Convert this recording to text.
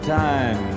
time